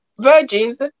virgins